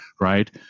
right